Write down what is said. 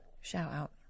shout-out